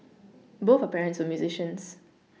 both her parents were musicians